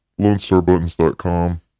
LoneStarButtons.com